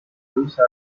bruce